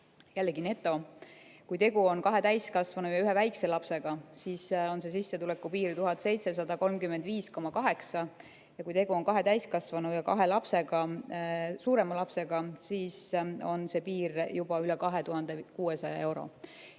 jällegi neto. Kui tegu on kahe täiskasvanu ja ühe väikese lapsega, siis on sissetuleku piir 1735,8. Ja kui tegu on kahe täiskasvanu ja kahe suurema lapsega, siis on see piir juba üle 2600 euro.